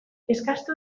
eskastu